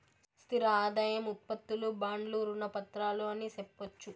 స్థిర ఆదాయం ఉత్పత్తులు బాండ్లు రుణ పత్రాలు అని సెప్పొచ్చు